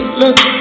look